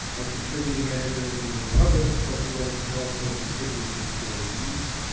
a contributing editor at the new republic, professor wilhentz is also a contributor to the daily beast.